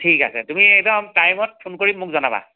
ঠিক আছে তুমি একদম টাইমত ফোন কৰি মোক জনাবা